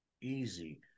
easy